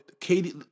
Katie